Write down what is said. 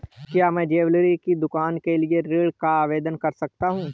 क्या मैं ज्वैलरी की दुकान के लिए ऋण का आवेदन कर सकता हूँ?